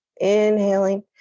inhaling